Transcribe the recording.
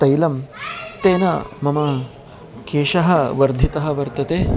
तैलं तेन मम केशः वर्धितः वर्तते